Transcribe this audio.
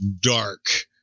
dark